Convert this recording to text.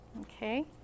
okay